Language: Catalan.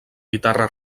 guitarra